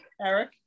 Eric